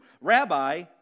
rabbi